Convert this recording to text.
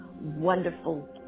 wonderful